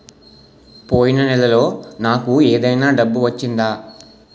పోయిన నెలలో నాకు ఏదైనా డబ్బు వచ్చిందా?